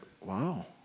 wow